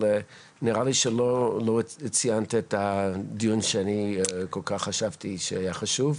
אבל נראה לי שלא ציינת את הדיון שאני כל כך חשבתי שהיה חשוב,